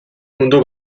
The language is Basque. mundu